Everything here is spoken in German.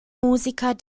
musiker